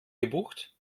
gebucht